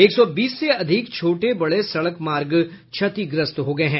एक सौ बीस से अधिक छोटे बड़े सड़क मार्ग क्षतिग्रस्त हुए हैं